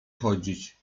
chodzić